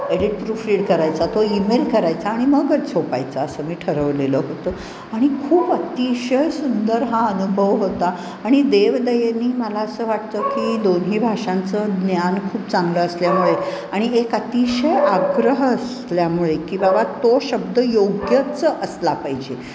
edit proofread करायचा तो email करायचा आणि मगच झोपायचं असं मी ठरवलेलं होतं आणि खूप अतिशय सुंदर हा अनुभव होता आणि देवदयेने मला असं वाटतं की दोन्ही भाषांचं ज्ञान खूप चांगलं असल्यामुळे आणि एक अतिशय आग्रह असल्यामुळे की बाबा तो शब्द योग्यच असला पाहिजे